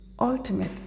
ultimate